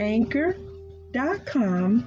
Anchor.com